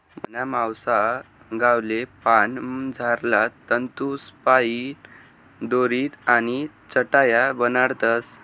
मना मावसा गावले पान मझारला तंतूसपाईन दोरी आणि चटाया बनाडतस